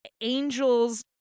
angels